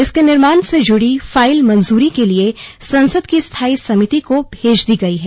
इसके निर्माण से जुड़ी फाइल मंजूरी के लिए संसद की स्थाई समिति को भेज दी गई है